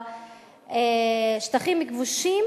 בשטחים הכבושים,